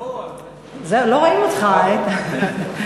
לא רואים אותך, איתן.